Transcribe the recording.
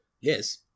Yes